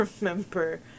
remember